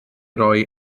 roi